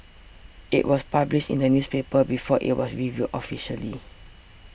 it was published in the newspaper before it was revealed officially